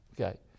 Okay